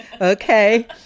okay